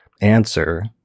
answer